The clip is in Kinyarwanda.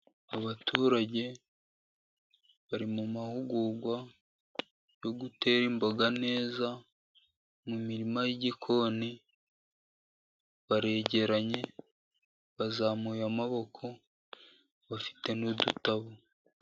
Abaturage bari mu mahugurwa yo gutera imboga neza mu mirima y'igikoni, baregeranye, bazamuye amaboko, bafite n'udutabo.